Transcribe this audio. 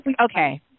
Okay